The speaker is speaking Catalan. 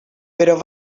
però